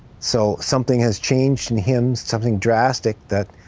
so something has changed in him, something drastic that